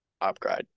Upgrade